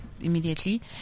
Immediately